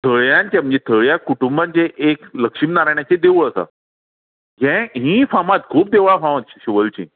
थळ्यांचें म्हणजे थळी कुटुंबाचें एक लक्ष्मी नारायणाचें देवूळ आसा जें हींय फामाद खूब देवळां फामाद शिवोलेचीं